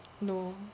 No